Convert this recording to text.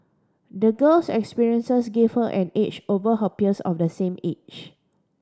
the girl's experiences gave her an edge over her peers of the same age